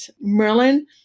Merlin